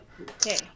okay